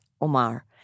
Omar